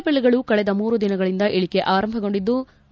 ತ್ನೆಲಬೆಲೆಗಳು ಕಳೆದ ಮೂರು ದಿನಗಳಿಂದ ಇಳಕೆ ಆರಂಭಗೊಂಡಿದ್ಲು